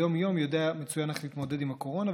ביום-יום יודע מצוין איך להתמודד עם הקורונה,